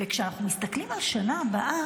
וכשאנחנו מסתכלים על השנה הבאה,